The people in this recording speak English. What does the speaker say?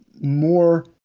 more